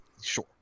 Sure